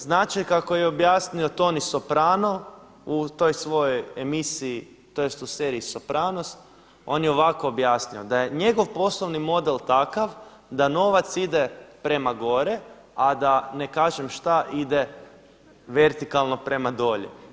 Znači kako je objasnio Toni Soprano u toj svojoj emisiji, tj. u seriji Sopranos, on je ovako objasnio da je njegov poslovni model takav da novac ide prema gore a da ne kažem šta ide vertikalno prema dolje.